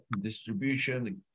distribution